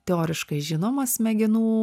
teoriškai žinomas smegenų